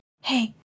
hey